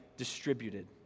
distributed